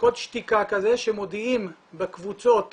שתיקה כזה שמודיעים בקבוצות